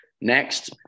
next